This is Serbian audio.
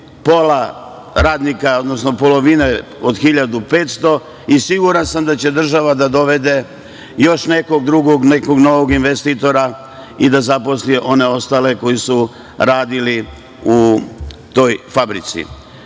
pola radnika, odnosno pola od 1.500 i siguran sam da će država da dovede još nekog drugog, novog investitora i da zaposli one ostale koji su radili u toj fabrici. Ono